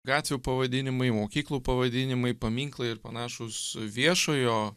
gatvių pavadinimai mokyklų pavadinimai paminklai ir panašūs viešojo